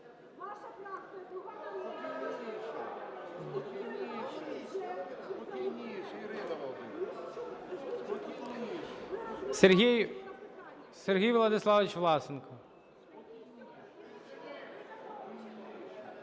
Сергій Владиславович Власенко.